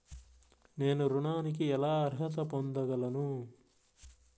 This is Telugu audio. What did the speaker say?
నేను ఋణానికి ఎలా అర్హత పొందగలను?